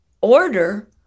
order